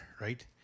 right